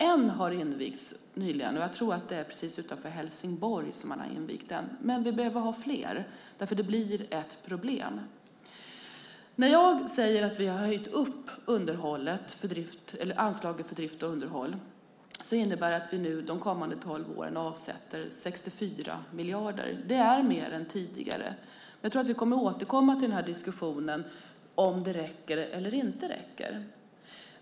En har invigts nyligen; jag tror att den ligger precis utanför Helsingborg. Men vi behöver ha fler därför att det blir problem. När jag säger att vi har höjt anslaget för drift och underhåll innebär det att vi under de kommande tolv åren avsätter 64 miljarder. Det är mer än tidigare. Jag tror att vi kommer att återkomma till den här diskussionen, om det räcker eller inte räcker.